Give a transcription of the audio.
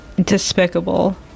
despicable